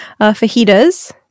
Fajitas